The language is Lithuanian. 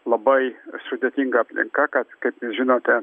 labai sudėtinga aplinka kad kaip žinote